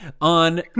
on